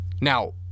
now